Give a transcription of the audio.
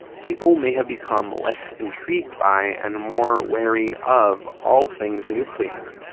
people may have become less intrigued by and more wary of all things nuclear,